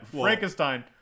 frankenstein